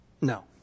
No